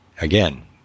Again